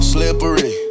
Slippery